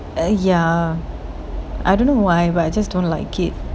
uh ya I don't know why but I just don't like it